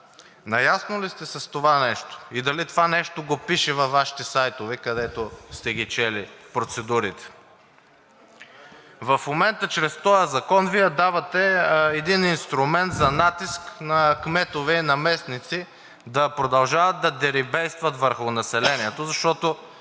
Наясно ли сте с това нещо? И дали това нещо го пише във Вашите сайтове, където сте ги чели процедурите? В момента чрез този закон Вие давате един инструмент за натиск на кметове и наместници да продължават да деребействат върху населението, защото